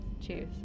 Cheers